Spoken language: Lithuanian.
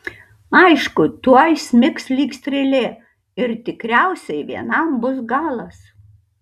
aišku tuoj smigs lyg strėlė ir tikriausiai vienam bus galas